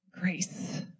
grace